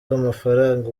bw’amafaranga